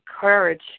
courage